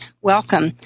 welcome